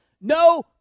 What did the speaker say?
no